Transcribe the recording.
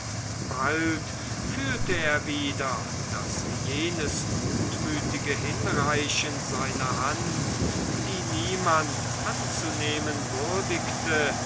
bald fühlte er wieder daß jenes gutmütige hinreichen seiner hand die niemand anzunehmen würdigte